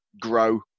grow